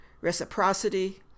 reciprocity